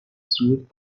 زود